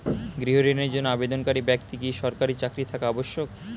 গৃহ ঋণের জন্য আবেদনকারী ব্যক্তি কি সরকারি চাকরি থাকা আবশ্যক?